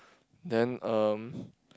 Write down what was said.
then um